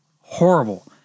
horrible